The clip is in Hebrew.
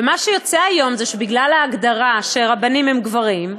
ומה שיוצא היום זה שבגלל ההגדרה שהרבנים הם גברים,